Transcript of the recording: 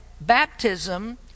baptism